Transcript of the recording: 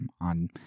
on